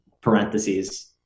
parentheses